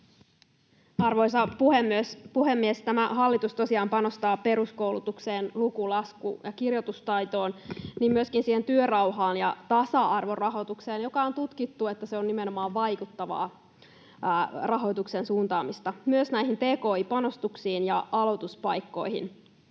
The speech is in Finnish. Arvoisa puhemies! Tämä hallitus tosiaan panostaa peruskoulutukseen, luku-, lasku- ja kirjoitustaitoon ja myöskin siihen työrauhaan ja tasa-arvorahoitukseen, josta on tutkittu, että se on nimenomaan vaikuttavaa rahoituksen suuntaamista, ja myös näihin tki-panostuksiin, aloituspaikkoihin